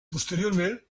posteriorment